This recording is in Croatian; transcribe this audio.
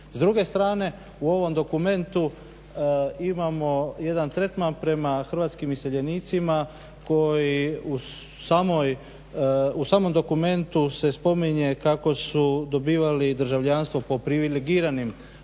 S druge strane, u ovom dokumentu imamo jedan tretman prema hrvatskim iseljenicima koji u samom dokumentu se spominje kako su dobivali državljanstvo po privilegiranim kriterijima.